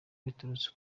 biturutse